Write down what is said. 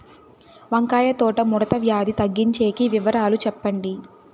వంకాయ తోట ముడత వ్యాధి తగ్గించేకి వివరాలు చెప్పండి?